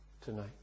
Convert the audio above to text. tonight